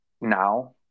now